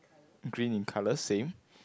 green in colour same